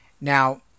Now